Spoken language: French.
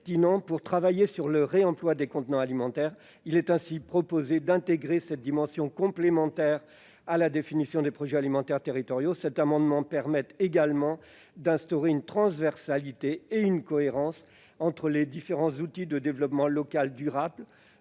pour travailler sur le réemploi des contenants alimentaires. Il est ainsi proposé d'intégrer cette dimension complémentaire à la définition des projets alimentaires territoriaux. L'adoption de cet amendement contribuerait également à instaurer une transversalité et une cohérence entre les différents outils de développement local durable,